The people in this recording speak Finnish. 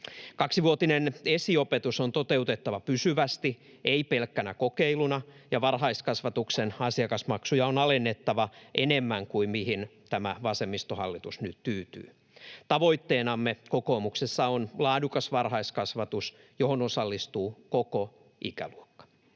Kaksivuotinen esiopetus on toteutettava pysyvästi, ei pelkkänä kokeiluna, ja varhaiskasvatuksen asiakasmaksuja on alennettava enemmän kuin mihin tämä vasemmistohallitus nyt tyytyy. Tavoitteenamme kokoomuksessa on laadukas varhaiskasvatus, johon osallistuu koko ikäluokka.